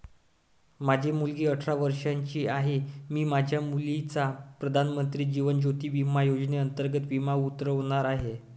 माझी मुलगी अठरा वर्षांची आहे, मी माझ्या मुलीचा प्रधानमंत्री जीवन ज्योती विमा योजनेअंतर्गत विमा उतरवणार आहे